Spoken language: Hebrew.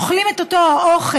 אוכלים את אותו האוכל,